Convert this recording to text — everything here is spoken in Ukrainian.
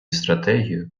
стратегію